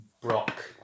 Brock